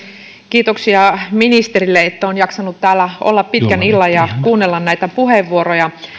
kiitoksia ministerille että on jaksanut täällä olla pitkän illan ja kuunnella näitä puheenvuoroja